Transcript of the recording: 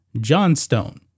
Johnstone